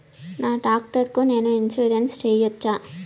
నా టాక్టర్ కు నేను ఇన్సూరెన్సు సేయొచ్చా?